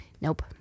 nope